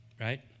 right